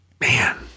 man